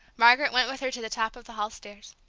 margaret went with her to the top of the hall stairs.